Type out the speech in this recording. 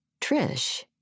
Trish